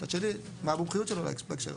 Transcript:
מצד שני, מה המומחיות שלו בהקשר הזה?